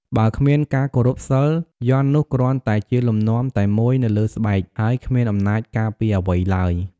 បើគ្មានការគោរពសីល យន្តនោះគ្រាន់តែជាលំនាំតែមួយនៅលើស្បែក ហើយគ្មានអំណាចការពារអ្វីឡើយ។